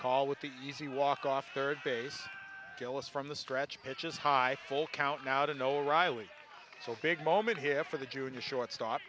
call with the easy walk off third base kill us from the stretch pitches high full count now to no riley so big moment here for the junior shortstop